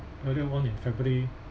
earlier one in february